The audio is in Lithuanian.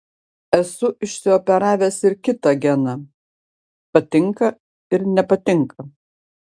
esu išsioperavęs ir kitą geną patinka ir nepatinka